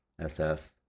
SF